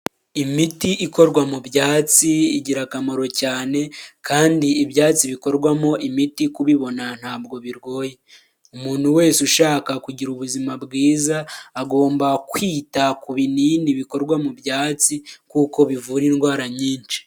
Imiti ikorwa mu byatsi igirakamaro cyane kandi ibyatsi bikorwamo imiti kubibona ntabwo bigoye, umuntu wese ushaka kugira ubuzima bwiza agomba kwita ku binini bikorwa mu byatsi kuko bivura indwara nyinshi.